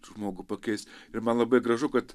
žmogų pakeist ir man labai gražu kad